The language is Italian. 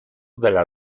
dalla